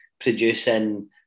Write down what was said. producing